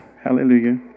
Hallelujah